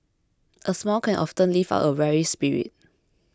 a smile can often lift up a weary spirit